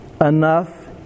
enough